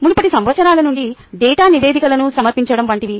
మునుపటి సంవత్సరాల నుండి డేటా నివేదికలను సమర్పించడం వంటివి